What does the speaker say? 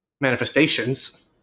manifestations